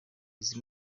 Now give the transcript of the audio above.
izi